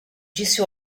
disse